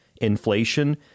inflation